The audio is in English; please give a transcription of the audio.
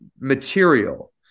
material